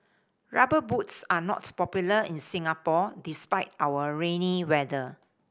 Rubber Boots are not popular in Singapore despite our rainy weather